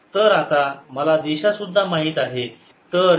तर आता मला दिशा सुद्धा माहित आहे